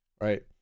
right